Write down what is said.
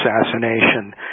assassination